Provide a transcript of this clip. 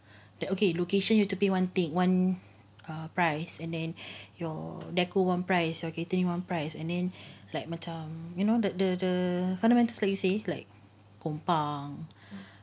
that okay location you have to be one thing one err price and then your deco one price okay catering one price and then like macam you know that the the fundamentals like you say like compound